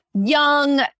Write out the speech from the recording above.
young